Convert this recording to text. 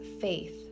faith